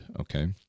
okay